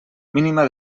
mínima